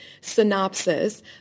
synopsis